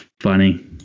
funny